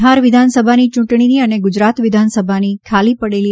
બિહાર વિધાનસભાની ચૂંટણી ની અને ગુજરાત વિધાનસભાની ખાલી પડેલી